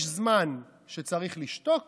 יש זמן שצריך לשתוק